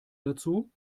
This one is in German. dazu